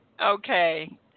Okay